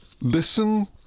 listen